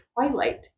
Twilight